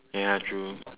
ya true